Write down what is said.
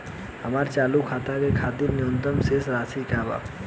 हमार चालू खाता के खातिर न्यूनतम शेष राशि का बा?